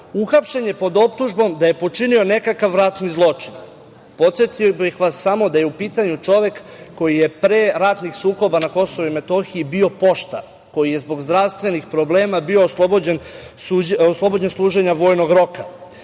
uhapšen je pod optužbom da je počinio nekakav ratni zločin. Podsetio bih vas samo da je u pitanju čovek koji je pre ratnih sukoba na KiM bio poštar, koji je zbog zdravstvenih problema bio oslobođen služenja vojnog roka.